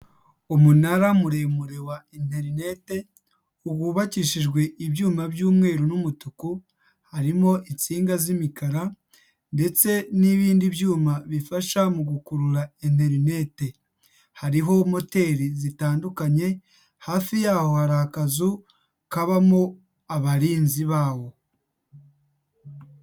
Umunara muremure wa interinete, wubakishijwe ibyuma by'umweru n'umutuku, harimo insinga z'imikara ndetse n'ibindi byuma bifasha mu gukurura interineti, hariho moteri zitandukanye, hafi yaho hari akazu kabamo abarinzi bawo.